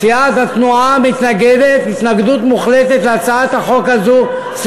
סיעת התנועה מתנגדת התנגדות מוחלטת להצעת החוק הזאת אל תצביעו.